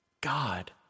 God